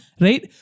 right